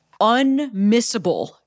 unmissable